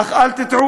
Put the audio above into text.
אך אל תטעו,